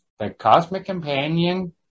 thecosmiccompanion